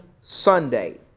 Sunday